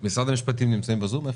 משרד המשפטים נמצאים בזום?